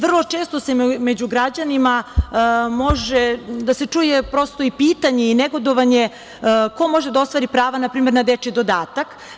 Vrlo često se među građanima može čuti pitanje i negodovanje – ko može da ostvari prava, na primer, na dečiji dodatak?